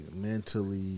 mentally